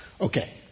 Okay